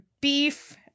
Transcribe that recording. beef